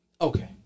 Okay